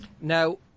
Now